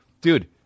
dude